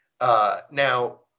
Now